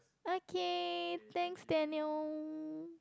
okay thanks Daniel